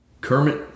Kermit